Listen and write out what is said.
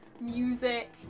music